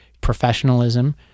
professionalism